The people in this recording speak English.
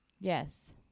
Yes